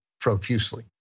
profusely